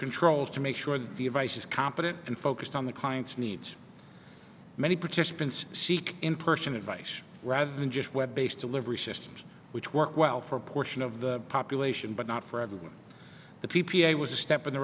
controls to make sure the advice is competent and focused on the client's needs many participants seek in person advice rather than just web based delivery systems which work well for a portion of the population but not for everyone the p p a was a step in the